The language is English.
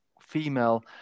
female